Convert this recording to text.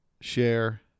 share